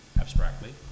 abstractly